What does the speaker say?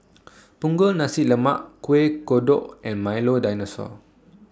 Punggol Nasi Lemak Kueh Kodok and Milo Dinosaur